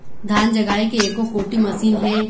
धान जगाए के एको कोठी मशीन हे?